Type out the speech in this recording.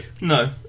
no